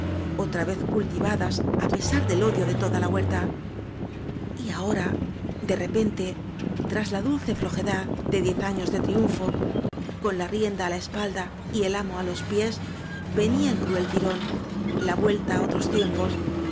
otra vez cultivadas á pe sar del odio dé toda la huerta y ahora de re pente tras la dulce flojedad de diez años de triunfo con la rienda á la espalda y el amo á los pies venía el cruel tirón la vuelta á otros tiempos